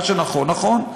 מה שנכון נכון.